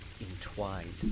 entwined